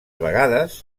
vegades